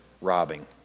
robbing